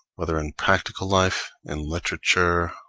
whether in practical life, in literature,